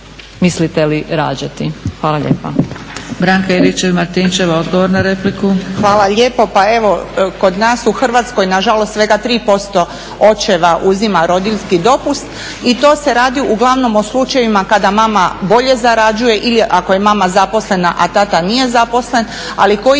mislite li rađati? Hvala lijepa.